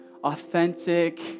Authentic